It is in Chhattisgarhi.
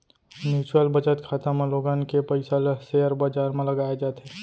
म्युचुअल बचत खाता म लोगन के पइसा ल सेयर बजार म लगाए जाथे